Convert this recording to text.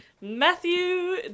Matthew